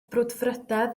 brwdfrydedd